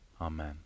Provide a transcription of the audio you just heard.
Amen